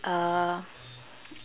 uh